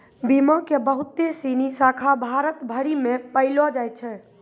बीमा के बहुते सिनी शाखा भारत भरि मे पायलो जाय छै